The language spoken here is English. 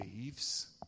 leaves